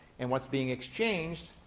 and what's being exchanged